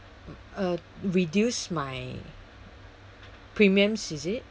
uh reduce my premiums is it